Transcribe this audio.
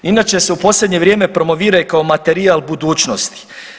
Inače se u posljednje vrijeme promovira i kao materijal budućnosti.